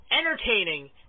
entertaining